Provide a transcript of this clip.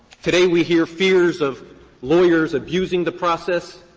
today, we hear fears of lawyers abusing the process.